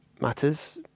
matters